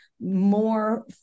more